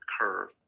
curve